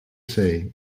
say